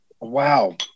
wow